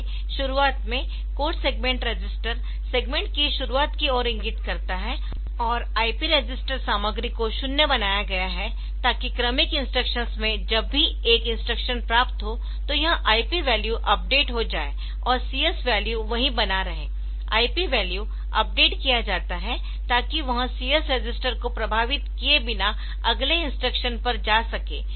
इसलिए शुरुआत में कोड सेगमेंट रजिस्टर सेगमेंट की शुरुआत को इंगित करता है और IP रजिस्टर सामग्री को शून्य बनाया गया है ताकि क्रमिक इंस्ट्रक्शंस में जब भी एक इंस्ट्रक्शन प्राप्त हो तो यह IP वैल्यू अपडेट हो जाए और CS वैल्यू वही बना रहे IP वैल्यू अपडेट किया जाता है ताकि वह CS रजिस्टर को प्रभावित किए बिना अगले इंस्ट्रक्शन पर जा सके